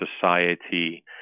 society